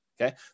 Okay